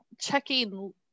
checking